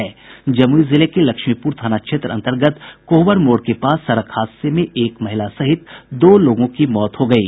जमुई जिले लक्ष्मीपुर थाना क्षेत्र अंतर्गत कोहबर मोड़ के पास सड़क हादसे में एक महिला समेत दो लोगों की मौत हो गयी